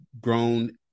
grown